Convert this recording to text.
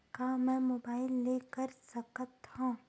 का मै मोबाइल ले कर सकत हव?